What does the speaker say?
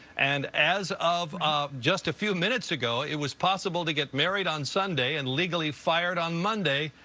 and as of just a few minutes ago, it was possible to get married on sunday and legally fired on monday,